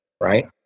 right